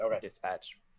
dispatch